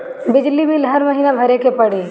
बिजली बिल हर महीना भरे के पड़ी?